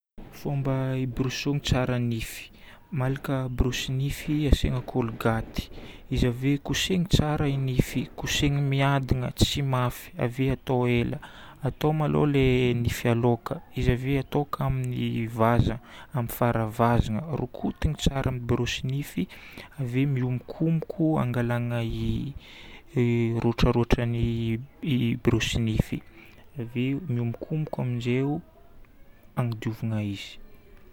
Fomba iborosona tsara ny nify. Malaka borosy nify asiagna colgate. Izy ave kosehigna tsara i nify. Kosehigna miadana tsy mafy. Ave atao ela. Atao maloha le nify aloha ka izy ave atao ka amin'ny vaza, amin'ny fara-vaza. Rokotigna tsara amin'ny borosy nify, ave miombokomboko hangalana i rôtrarôtran'ny i borosy nify. Ave miombokomboko aminjay hagnadiovana izy.